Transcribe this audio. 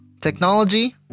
Technology